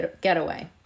getaway